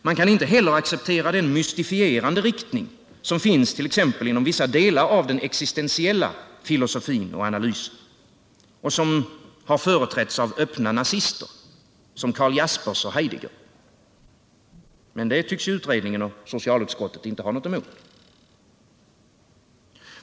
Man kan inte heller acceptera den mystifierande riktning som finns inom den existensiella filosofin och analysen och som har företrätts av öppna nazister som Jaspers och Heidegger. Men den inriktningen tycks utredningen och socialutskottet inte ha något emot.